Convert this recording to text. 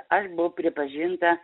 aš buvau pripažinta